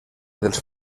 dels